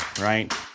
right